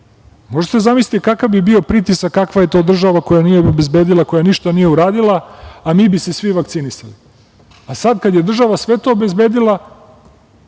Možete da zamislite kakav bi bio pritisak – kakva je to država koja nije obezbedila, koja ništa nije uradila, a mi bi se svi vakcinisali. Sada kada je država sve to obezbedila